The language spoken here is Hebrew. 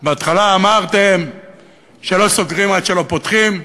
בהתחלה אמרתם שלא סוגרים עד שפותחים.